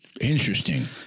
Interesting